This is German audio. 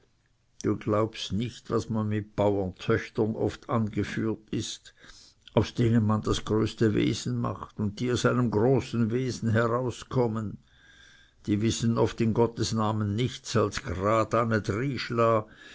du glaubst nicht was man mit baurentöchtern oft angeführt ist aus denen man das größte wesen macht und die aus einem großen wesen heraus kommen die wissen oft in gottes namen nichts als gradane